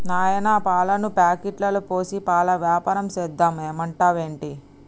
నాయనా పాలను ప్యాకెట్లలో పోసి పాల వ్యాపారం సేద్దాం ఏమంటావ్ ఏంటి